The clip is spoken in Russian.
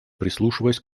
прислушиваясь